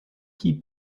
qui